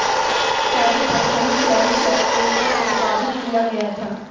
सर्वप्रथम श्रम चेक को कब प्रस्तावित किया गया था?